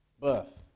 birth